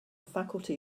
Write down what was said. faculty